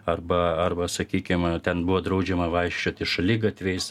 arba arba sakykim ten buvo draudžiama vaikščioti šaligatviais